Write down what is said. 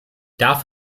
darf